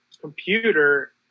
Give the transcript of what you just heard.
computer